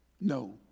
No